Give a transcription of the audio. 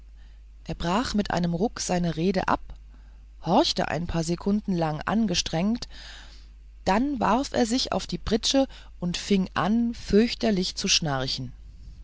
er brach mit einem ruck seine rede ab und horchte ein paar sekunden lang angestrengt dann warf er sich auf die pritsche und fing an fürchterlich zu schnarchen